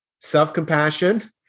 self-compassion